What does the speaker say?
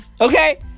okay